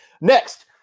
Next